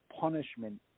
punishment